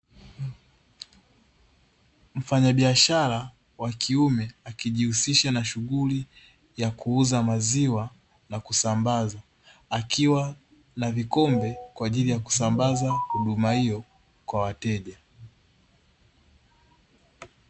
Mfanyabiashara wa kiume akijihusisha na shughuli ya kuuza maziwa na kusambaza, akiwa na vikombe kwaajili ya kusambaza huduma hiyo kwa wateja.